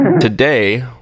Today